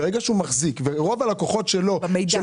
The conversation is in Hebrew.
ברגע שהוא מחזיק ורוב הלקוחות שלו של